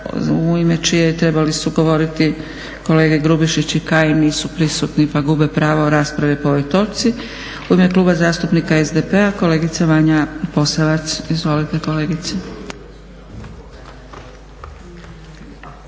u ime čije trebali su govoriti kolege Grubišić i Kajin, nisu prisutni pa gube pravo rasprave po ovoj točci. U ime Kluba zastupnika SDP-a kolegica Vanja Posavac. Izvolite kolegice.